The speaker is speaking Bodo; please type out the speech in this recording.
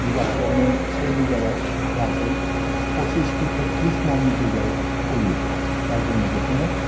बिघासेआवनो से बिघायाव गासै फसिसनिफ्राय थ्रिस म'ननि गेजेराव फ'लियो दा जोङो बेखौनो